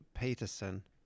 Peterson